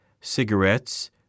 cigarettes